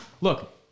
Look